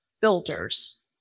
builders